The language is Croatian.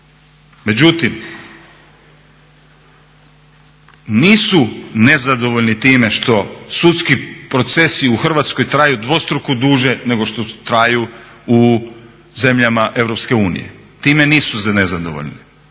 Međutim, nisu nezadovoljni time što sudski procesi u Hrvatskoj traju dvostruko duže nego što traju u zemljama EU, time nisu nezadovoljni.